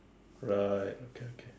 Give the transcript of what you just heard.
right okay okay